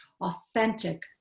authentic